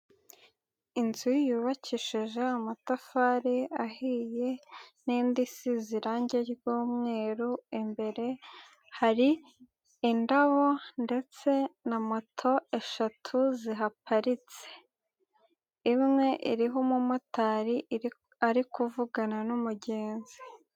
Inzu yubakishije amatafari ahiye n'indi isize irangi ry'umweru imbere, hari indabo ndetse na moto eshatu zihaparitse, imwe iriho umumotari ari kuvugana n'umugenzi.